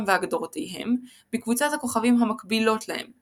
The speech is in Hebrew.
והגדרותיהם מקבוצות הכוכבים המקבילות להם,